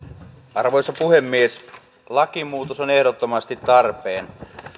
arvoisa puhemies lakimuutos on ehdottomasti tarpeen